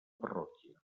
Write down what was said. parròquia